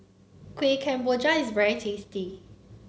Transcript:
Kuih Kemboja is very tasty